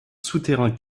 souterrain